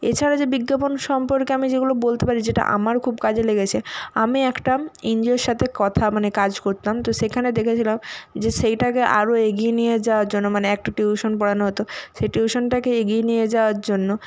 এছাড়া যে বিজ্ঞাপন সম্পর্কে আমি যেগুলো বলতে পারি যেটা আমার খুব কাজে লেগেছে আমি একটা এনজিওর সাথে কথা মানে কাজ করতাম তো সেখানে দেখেছিলাম যে সেইটাকে আরও এগিয়ে নিয়ে যাওয়ার জন্য মানে একটা টিউশন পড়ানো হত সেই টিউশনটাকে এগিয়ে নিয়ে যাওয়ার জন্য